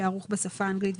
יהיה ערוך בשפה האנגלית,